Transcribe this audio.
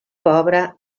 pobre